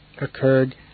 occurred